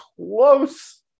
close